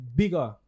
bigger